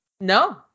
No